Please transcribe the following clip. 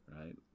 right